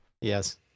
Yes